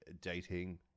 dating